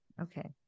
Okay